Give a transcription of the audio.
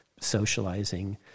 socializing